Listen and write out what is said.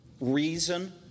reason